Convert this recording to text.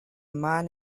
man